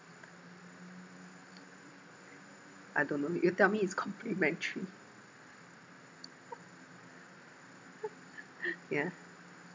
I don't know you tell me it's complimentary yeah